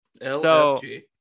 LFG